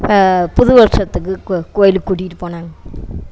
புது வருடத்துக்கு கோ கோவிலுக்கு கூட்டிகிட்டு போனாங்கள்